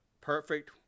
perfect